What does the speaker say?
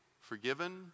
forgiven